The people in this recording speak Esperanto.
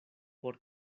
por